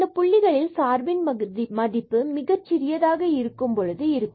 இந்த புள்ளிகளில் சார்பின் மதிப்பு மிகச்சிறியதாக இருக்கும் பொழுது இருக்கும்